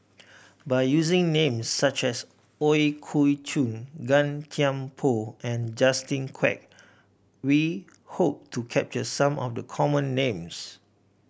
by using names such as Ooi Kok Chuen Gan Thiam Poh and Justin Quek we hope to capture some of the common names